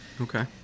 Okay